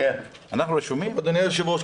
אדוני היושב-ראש,